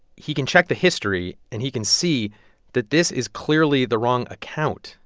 he can check the history, and he can see that this is clearly the wrong account.